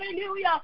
hallelujah